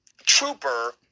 trooper